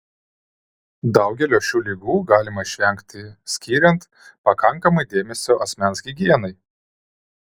daugelio šių ligų galima išvengti skiriant pakankamai dėmesio asmens higienai